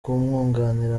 kumwunganira